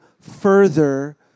further